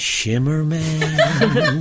Shimmerman